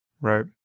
Right